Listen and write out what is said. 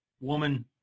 woman